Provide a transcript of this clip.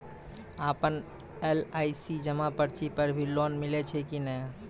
आपन एल.आई.सी जमा पर्ची पर भी लोन मिलै छै कि नै?